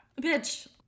Bitch